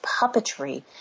puppetry